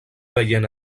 veient